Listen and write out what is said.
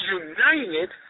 united